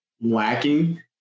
lacking